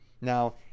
Now